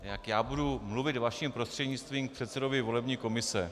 Jak já budu mluvit vaším prostřednictvím k předsedovi volební komise.